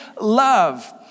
love